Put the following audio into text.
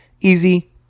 easy